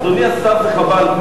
אדוני השר, זה חבל.